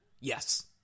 Yes